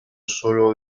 solo